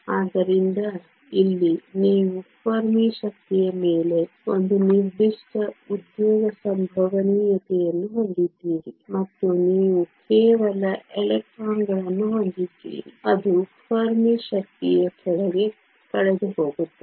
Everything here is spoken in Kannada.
ಆದ್ದರಿಂದ ಇಲ್ಲಿ ನೀವು ಫೆರ್ಮಿ ಶಕ್ತಿಯ ಮೇಲೆ ಒಂದು ನಿರ್ದಿಷ್ಟ ಉದ್ಯೋಗ ಸಂಭವನೀಯತೆಯನ್ನು ಹೊಂದಿದ್ದೀರಿ ಮತ್ತು ನೀವು ಕೆಲವು ಎಲೆಕ್ಟ್ರಾನ್ಗಳನ್ನು ಹೊಂದಿದ್ದೀರಿ ಅದು ಫೆರ್ಮಿ ಶಕ್ತಿಯ ಕೆಳಗೆ ಕಳೆದುಹೋಗುತ್ತದೆ